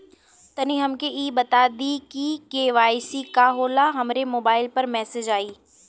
तनि हमके इ बता दीं की के.वाइ.सी का होला हमरे मोबाइल पर मैसेज आई?